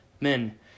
men